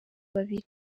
babiri